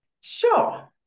sure